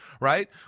Right